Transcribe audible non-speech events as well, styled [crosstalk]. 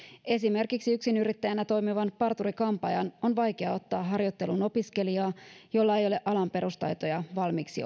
esimerkiksi yksinyrittäjänä toimivan parturi kampaajan on vaikea ottaa harjoitteluun opiskelijaa jolla ei ole alan perustaitoja valmiiksi [unintelligible]